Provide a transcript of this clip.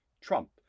Trump